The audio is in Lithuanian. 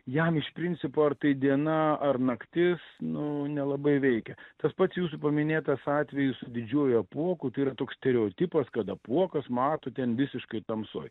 jam iš principo ar tai diena ar naktis nu nelabai veikia tas pats jūsų paminėtas atvejis su didžiuoju apuoku tai yra toks stereotipas kad apuokas mato ten visiškoj tamsoj